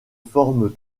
formes